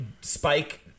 Spike